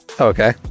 Okay